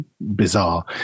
bizarre